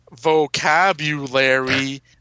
vocabulary